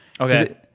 Okay